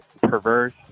perverse